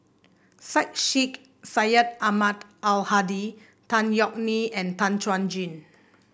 Syed Sheikh Syed Ahmad Al Hadi Tan Yeok Nee and Tan Chuan Jin